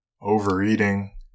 overeating